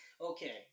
okay